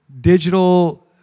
digital